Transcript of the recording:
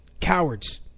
Cowards